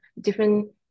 different